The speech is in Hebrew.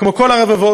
כמו כל הרבבות,